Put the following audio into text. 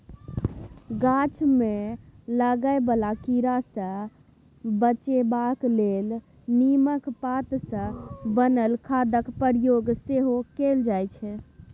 गाछ मे लागय बला कीड़ा सँ बचेबाक लेल नीमक पात सँ बनल खादक प्रयोग सेहो कएल जाइ छै